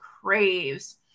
craves